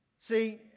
See